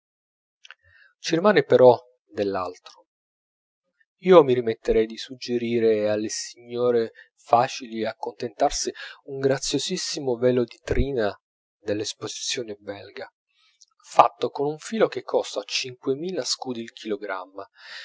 rimane però dell'altro io mi permetterei di suggerire alle signore facili a contentarsi un graziosissimo velo di trina dell'esposizione belga fatto con un filo che costa cinquemila scudi il chilogramma